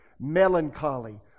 melancholy